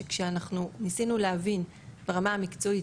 שכשאנחנו ניסינו להבין ברמה המקצועית